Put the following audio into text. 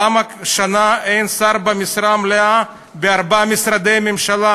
למה שנה אין שר במשרה מלאה בארבעה משרדי ממשלה?